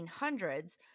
1800s